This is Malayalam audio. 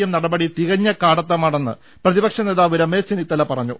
എം നടപടി തികഞ്ഞ കാടത്തമാണെന്ന് പ്രതിപ ക്ഷ നേതാവ് രമേശ് ചെന്നിത്തല പറഞ്ഞു